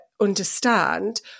understand